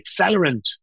accelerant